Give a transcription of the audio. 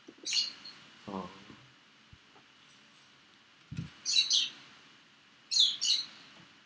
orh